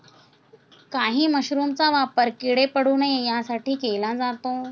काही मशरूमचा वापर किडे पडू नये यासाठी केला जातो